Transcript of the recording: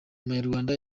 umunyarwanda